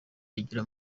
yagiye